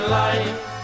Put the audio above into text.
life